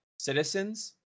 Citizens